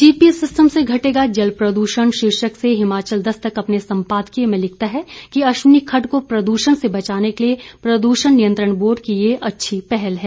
GPS system से घटेगा जल प्रदूषण शीर्षक से हिमाचल दस्तक अपने संपादकीय में लिखता है कि अश्विनी खडड को प्रदूषण से बचाने के लिए प्रदूषण नियंत्रण बोर्ड की यह अच्छी पहल है